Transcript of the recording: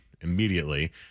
immediately